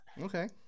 Okay